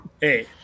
Hey